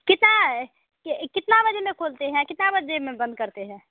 कितना कितना ब बजे में बंद करते हैं